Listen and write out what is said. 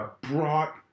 brought